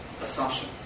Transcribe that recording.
assumption